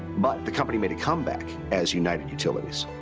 but the company made a comeback as united utilities.